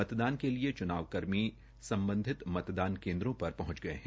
मतदान के लिए चुनाव कर्मी संबंधित मतदान केन्द्रों पर पहंच गए हैं